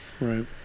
right